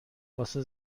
واسه